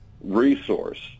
resource